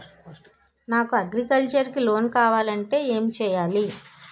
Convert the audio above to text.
నాకు అగ్రికల్చర్ కి లోన్ కావాలంటే ఏం చేయాలి?